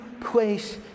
place